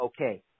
okay